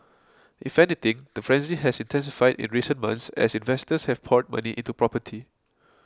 if anything the frenzy has intensified in recent months as investors have poured money into property